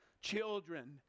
Children